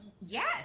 Yes